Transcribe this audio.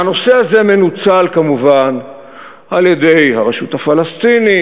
והנושא הזה מנוצל כמובן על-ידי הרשות הפלסטינית,